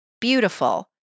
beautiful